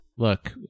Look